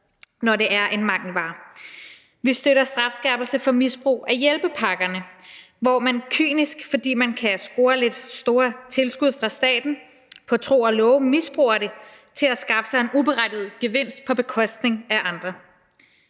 når det er en mangelvare. Vi støtter strafskærpelse for misbrug af hjælpepakkerne, hvor man kynisk, fordi man kan score nogle store tilskud fra staten, på tro og love misbruger det til at skaffe sig en uberettiget gevinst på bekostning af andre.